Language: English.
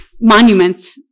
monuments